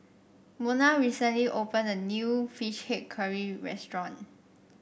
Monna recently opened a new fish head curry restaurant